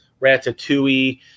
Ratatouille